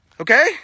Okay